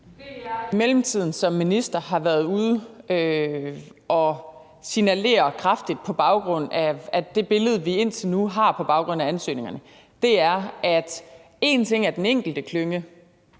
Det, jeg i mellemtiden som minister har været ude at signalere kraftigt på baggrund af det billede, vi indtil nu har på baggrund af ansøgningerne, er, at én ting er den enkelte klynge